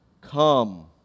Come